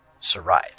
Saride